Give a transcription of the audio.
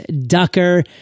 Ducker